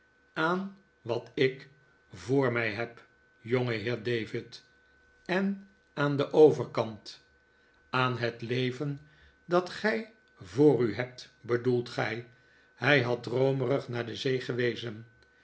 auii wat ik voor mij heb jongeheer dfvid en aan den overkant aan het ieven dat gij voor u hebt bedoelt gij hij had droomerig naar de zee gewezen